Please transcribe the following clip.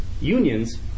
Unions